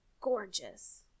gorgeous